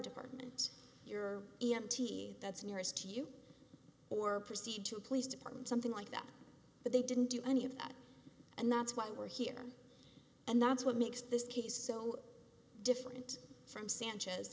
department your e m t that's nearest to you or proceed to police department something like that but they didn't do any of that and that's why we're here and that's what makes this piece so different from sanchez